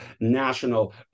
national